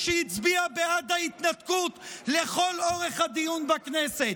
שהצביע בעד ההתנתקות לכל אורך הדיון בכנסת,